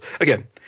Again